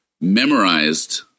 memorized